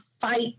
fight